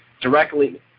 directly –